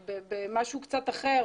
אתמקד במשהו קצת אחר.